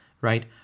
right